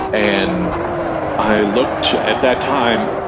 and i looked at that time,